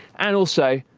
and also,